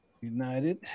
United